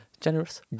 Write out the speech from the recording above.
Generous